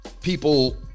people